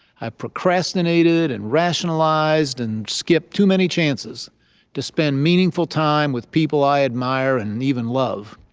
i procrastinated, and rationalized, and skipped too many chances to spend meaningful time with people i admire and even love.